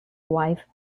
wife